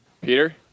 Peter